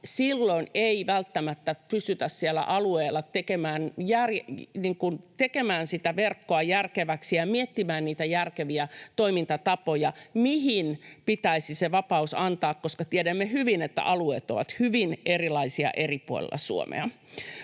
Silloin ei välttämättä pystytä siellä alueella tekemään verkkoa järkeväksi ja miettimään järkeviä toimintatapoja siihen, mihin pitäisi vapaus antaa, koska tiedämme hyvin, että alueet ovat hyvin erilaisia eri puolilla Suomea.